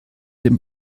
den